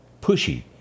pushy